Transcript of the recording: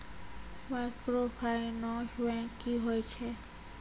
Microfinance bank की होय छै?